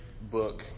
book